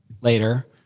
later